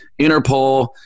Interpol